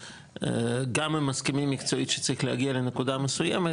שגם אם מסכימים מקצועית שצריך להגיע לנקודה מסוימת,